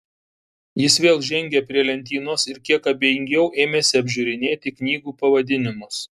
jis vėl žengė prie lentynos ir kiek abejingiau ėmėsi apžiūrinėti knygų pavadinimus